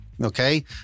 Okay